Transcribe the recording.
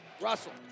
Russell